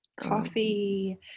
coffee